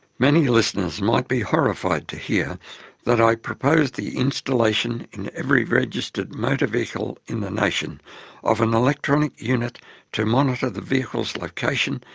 many listeners might be horrified to hear that i propose the installation in every registered motor vehicle in the nation an electronic unit to monitor the vehicle's location,